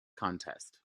contest